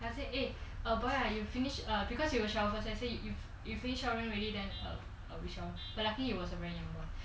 then I said eh uh boy ah you finish because you will shower first I say if you finished showering already then um we shower but luckily it was a very young boy